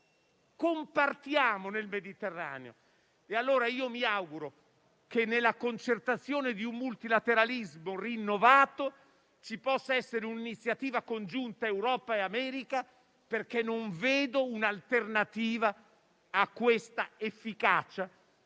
compartiamo nel Mediterraneo. Mi auguro, quindi, che nella concertazione di un multilateralismo rinnovato ci possa essere un'iniziativa congiunta fra Europa e America, perché non vedo un'alternativa efficace.